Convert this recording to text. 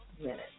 minute